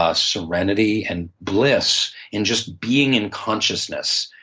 ah serenity, and bliss, in just being in consciousness.